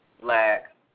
Black